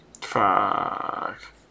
Fuck